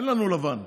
אין לנו לבן.